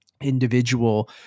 individual